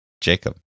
Jacob